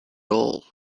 all